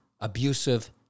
abusive